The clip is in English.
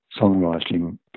songwriting